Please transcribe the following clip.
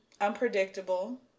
Unpredictable